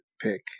pick